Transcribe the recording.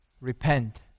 Repent